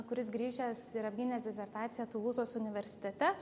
kuris grįžęs ir apgynęs disertaciją tulūzos universitete